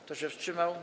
Kto się wstrzymał?